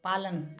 पालन